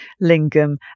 lingam